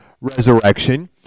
resurrection